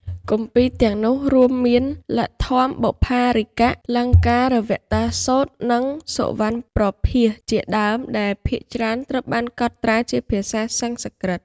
គម្ពីរទាំងនោះរួមមាន លទ្ធម្មបុប្ផារីកៈ, លង្ការវតារសូត្រ, និង សុវណ្ណប្រភាស ជាដើម ដែលភាគច្រើនត្រូវបានកត់ត្រាជាភាសាសំស្ក្រឹត។